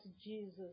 Jesus